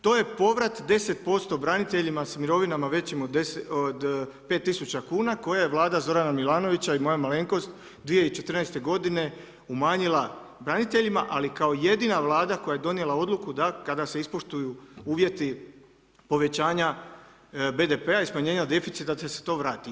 To je povrat 10% braniteljima s mirovinama većim od 5000 kuna koje je Vlada Zorana Milanovića i moja malenkost 2014. godine umanjila braniteljima, ali kao jedina Vlada koja je donijela odluku da kada se ispoštuju uvjeti povećanja BDP-a i smanjenja deficita će se to vratiti.